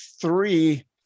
three